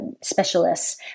specialists